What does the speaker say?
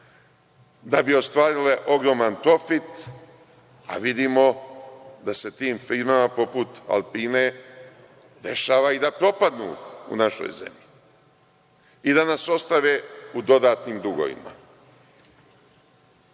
da bi ostvarile ogroman profit, a vidimo da se tim firmama, poput „Alpine“ dešava i da propadnu u našoj zemlji i da nas ostave u dodatnim dugovima.